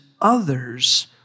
others